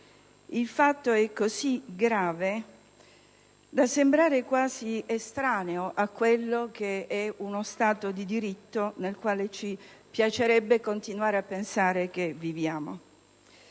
Il fatto è così grave da sembrare quasi estraneo a quello che è lo stato di diritto nel quale ci piacerebbe continuare a pensare che viviamo.